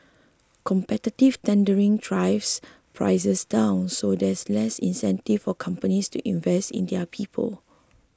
competitive tendering drives prices down so there's less incentive for companies to invest in their people